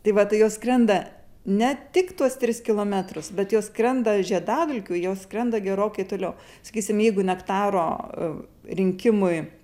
tai va tai jos skrenda ne tik tuos tris kilometrus bet jos skrenda žiedadulkių jos skrenda gerokai toliau sakysim jeigu nektaro rinkimui